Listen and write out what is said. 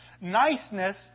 Niceness